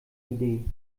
idee